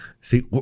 See